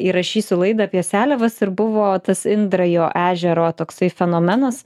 įrašysiu laidą apie seliavas ir buvo tas indrajo ežero toksai fenomenas